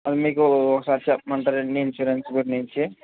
నేను మీకు ఒకసారి చెప్పమంటారండీ ఇన్స్యూరెన్స్ గురించి